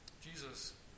Jesus